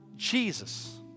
Jesus